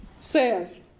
says